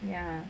ya